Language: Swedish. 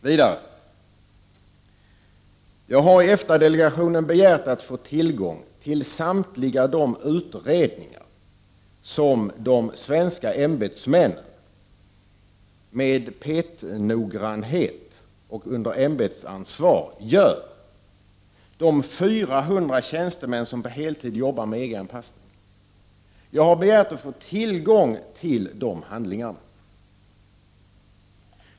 Vidare har jag i EFTA-delegationen begärt att få tillgång till samtliga de utredningar som svenska ämbetsmän utför med petnoggrannhet och under ämbetsansvar, de 400 personer som på heltid jobbar med EG-anpassningen. Jag har begärt att få tillgång till de handlingarna.